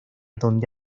donde